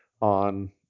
on